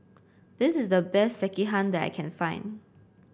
this is the best Sekihan that I can find